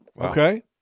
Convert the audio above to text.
Okay